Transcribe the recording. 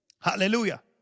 hallelujah